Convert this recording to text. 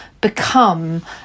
become